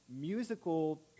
musical